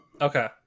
Okay